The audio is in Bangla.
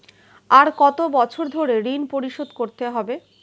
আর কত বছর ধরে ঋণ পরিশোধ করতে হবে?